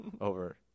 over